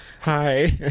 hi